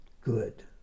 good